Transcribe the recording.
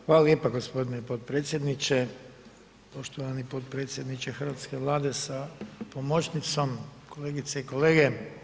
Hvala lijepa g. potpredsjedniče, poštovani potpredsjedniče hrvatske Vlade sa pomočnicom, kolegice i kolege.